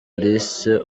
alice